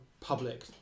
public